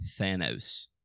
Thanos